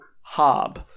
hob